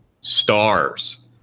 stars